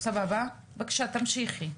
בבקשה, תמשיכי.